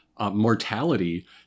mortality